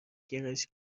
گرایش